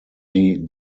die